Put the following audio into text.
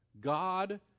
God